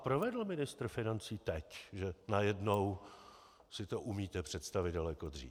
Co s vámi provedl ministr financí teď, že najednou si to umíte představit daleko dřív?